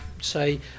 say